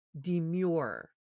demure